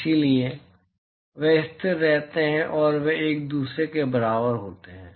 इसलिए वे स्थिर रहते हैं और वे एक दूसरे के बराबर होते हैं